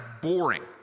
boring